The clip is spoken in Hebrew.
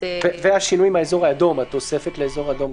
והשינויים באזור האדום, התוספת לאזור האדום.